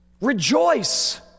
Rejoice